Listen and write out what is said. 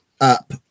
up